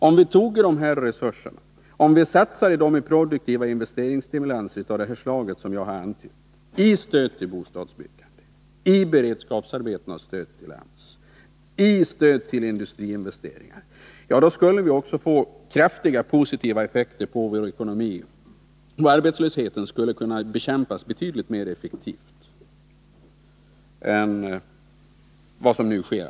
Satsade vi dessa resurser i produktiva investeringsstimulanser av det slag som jag antytt, i stöd till bostadsbyggande, i beredskapsarbeten, i stöd till AMS, och i stöd till industriinvesteringar, skulle vi få kraftiga positiva effekter på vår ekonomi, och arbetslösheten skulle kunna bekämpas betydligt mer effektivt än som nu sker.